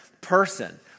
person